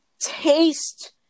taste